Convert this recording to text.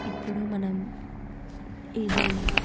ఇప్పుడు మనం ఏదైనా